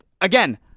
Again